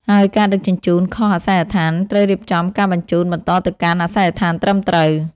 ហើយការដឹកជញ្ជូនខុសអាសយដ្ឋាន ត្រូវរៀបចំការបញ្ជូនបន្តទៅកាន់អាសយដ្ឋានត្រឹមត្រូវ។